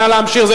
נא להמשיך.